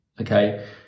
okay